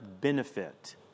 benefit